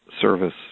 service